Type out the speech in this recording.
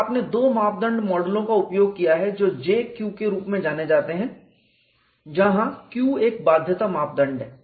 और आपने दो मापदंड मॉडलों का उपयोग किया है जो J Q के रूप में जाने जाते हैं जहां Q एक बाध्यता मापदंड है